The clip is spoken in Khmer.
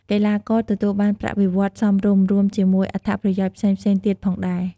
កីឡាករទទួលបានប្រាក់បៀវត្សសមរម្យ រួមជាមួយអត្ថប្រយោជន៍ផ្សេងៗទៀតផងដែរ។